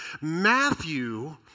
Matthew